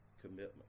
Commitment